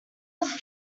was